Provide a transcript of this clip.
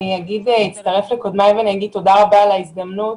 אני מצטרפת לקודמיי ואגיד תודה רבה על ההזדמנות.